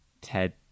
Ted